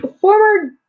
Former